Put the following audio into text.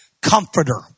comforter